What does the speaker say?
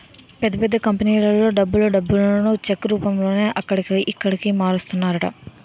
పెద్ద పెద్ద కంపెనీలలో డబ్బులలో డబ్బును చెక్ రూపంలోనే అక్కడికి, ఇక్కడికి మారుస్తుంటారట